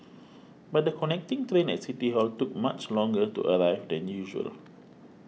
but the connecting train at City Hall took much longer to arrive than usual